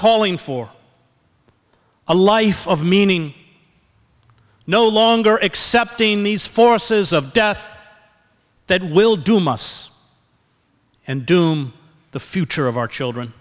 calling for a life of meaning no longer accepting these forces of death that will doom us and doom the future of our children